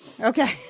Okay